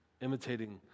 imitating